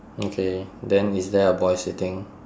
okay then is there a boy sitting